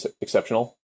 exceptional